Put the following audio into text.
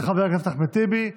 תודה רבה לחבר הכנסת אחמד טיבי.